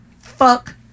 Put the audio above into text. Fuck